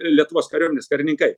lietuvos kariuomenės karininkai